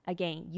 Again